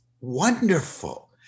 wonderful